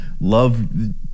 love